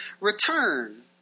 return